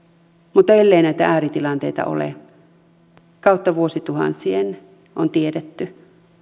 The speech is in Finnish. mutta ellei näitä ääritilanteita ole kautta vuosituhansien on tiedetty